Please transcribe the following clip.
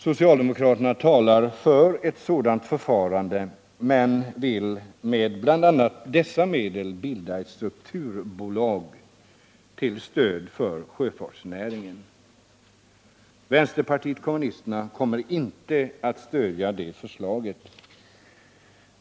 Socialdemokraterna talar för ett sådant förfarande men vill med bl.a. dessa medel bilda ett strukturbolag till stöd för sjöfartsnäringen. Vänsterpartiet kommunisterna kommer inte att stödja detta förslag.